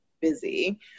busy